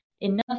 enough